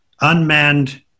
unmanned